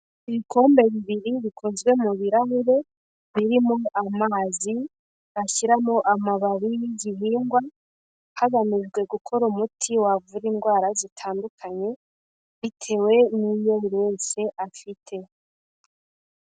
Ibikombe bibiri bikozwe mu birahure birimo amazi ashyiramo amababi y'igihingwa hagamijwe gukora umuti wavura indwara zitandukanye, bitewe n'iyo buri wese afite.